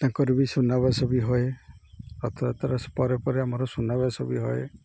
ତାଙ୍କର ବି ସୁନାବେସ ବି ହୁଏ ରଥଯାତ୍ରା ପରେ ପରେ ଆମର ସୁନାବେସ ବି ହୁଏ